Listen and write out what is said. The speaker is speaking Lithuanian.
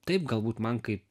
taip galbūt man kaip